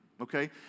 okay